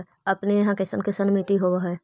अपने यहाँ कैसन कैसन मिट्टी होब है?